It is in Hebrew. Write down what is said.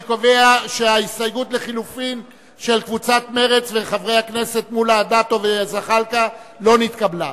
אני קובע שההסתייגות לפני סעיף 1 לא נתקבלה,